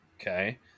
Okay